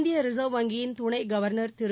இந்தியரிச்வ் வங்கியின் துணைகவர்னா் திரு